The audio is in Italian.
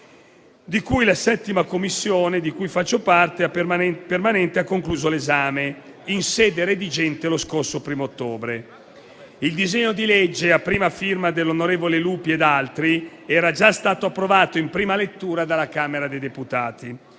di cui la 7a Commissione, di cui faccio parte, ha concluso l'esame in sede redigente lo scorso 1° ottobre. Il disegno di legge, a prima firma dell'onorevole Lupi, era già stato approvato in prima lettura dalla Camera dei deputati.